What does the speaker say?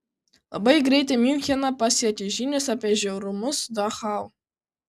labai greit miuncheną pasiekė žinios apie žiaurumus dachau